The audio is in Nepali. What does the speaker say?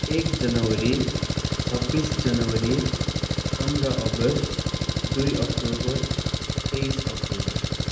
एक जनवरी छब्बिस जनवरी पन्ध्र अगस्त दुई अक्टोबर तेइस अक्टोबर